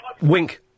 Wink